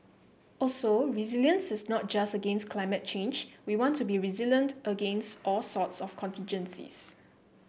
also resilience is not just against climate change we want to be resilient against all sorts of contingencies